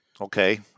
Okay